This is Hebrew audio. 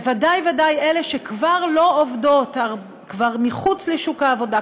ודאי וודאי אלה שכבר לא עובדות,